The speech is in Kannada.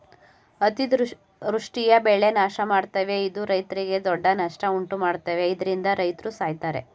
ಅತಿವೃಷ್ಟಿಯು ಬೆಳೆ ನಾಶಮಾಡ್ತವೆ ಇದು ರೈತ್ರಿಗೆ ದೊಡ್ಡ ನಷ್ಟ ಉಂಟುಮಾಡ್ತದೆ ಇದ್ರಿಂದ ರೈತ್ರು ಸಾಯ್ತರೆ